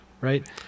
Right